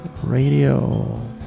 Radio